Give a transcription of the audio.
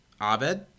Abed